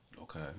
Okay